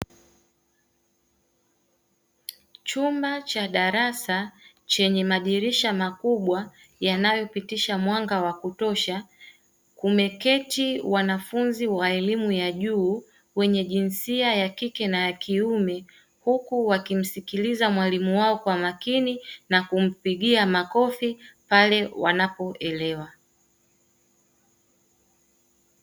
Chumba cha darasa chenye madrisha makubwa yanayopitisha mwanga wa kutosha, kumeketi wanafunzi wa elimu ya juu wenye jinsia ya kike na kiume. Huku wakimsililiza mwalimu wao kwa makini na kumpigia makofi pale wanapoelewa.